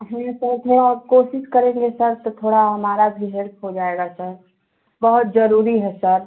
हाँ सर थोड़ा और कोशिश करेंगे सर तो थोड़ा हमारा भी हेल्प हो जाएगा सर बहुत ज़रूरी है सर